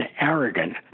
arrogant